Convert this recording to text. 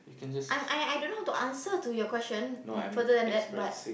I'm I I don't know how to answer to your question further than that but